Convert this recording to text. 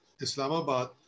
Islamabad